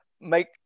make